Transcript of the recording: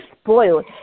spoiled